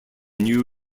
new